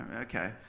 okay